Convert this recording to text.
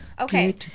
Okay